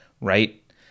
right